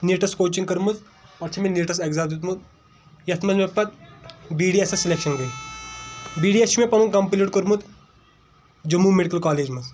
نیٖٹس coaching کٔرمٕژ پتہٕ چھ مےٚ نیٖٹس اٮ۪گزام دِیُتمُت یتھ منٛز مےٚ پتہٕ بی ڈی اٮ۪سس سلیکشن گٔے بی ڈی اٮ۪س چھُ مےٚ پنُن کمپٕلیٖٹ کوٚرمُت جموں میڈکل کالیج منٛز